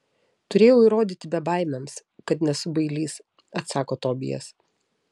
turėjau įrodyti bebaimiams kad nesu bailys atsako tobijas